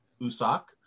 USAC